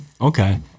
Okay